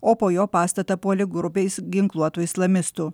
o po jo pastatą puolė grupės ginkluotų islamistų